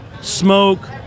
smoke